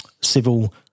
civil